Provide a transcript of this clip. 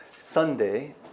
Sunday